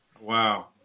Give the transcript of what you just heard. Wow